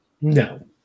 No